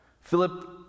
Philip